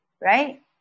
right